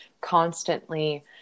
constantly